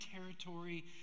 territory